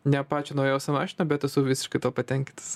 ne pačią naujausią mašiną bet esu visiškai tuo patenkintas